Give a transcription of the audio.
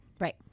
Right